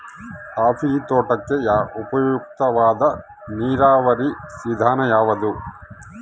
Coffee ತೋಟಕ್ಕೆ ಉಪಯುಕ್ತವಾದ ನೇರಾವರಿ ವಿಧಾನ ಯಾವುದು?